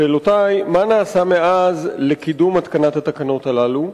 שאלותי: מה נעשה מאז לקידום התקנת התקנות הללו,